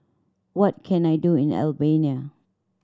what can I do in Albania